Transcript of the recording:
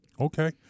Okay